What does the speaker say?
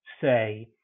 say